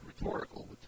rhetorical